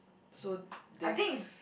so they